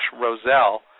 Roselle